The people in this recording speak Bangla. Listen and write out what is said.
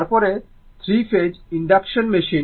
তারপরে 3 ফেজ ইনডাকশন মেশিন